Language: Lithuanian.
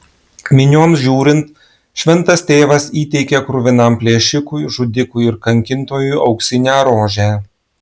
minioms žiūrint šventas tėvas įteikė kruvinam plėšikui žudikui ir kankintojui auksinę rožę